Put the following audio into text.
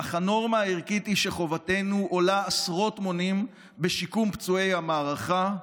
אך הנורמה הערכית היא שחובתנו עולה עשרות מונים בשיקום פצועי המערכה,